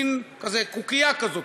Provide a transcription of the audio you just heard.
מין כזה, קוקייה כזאת.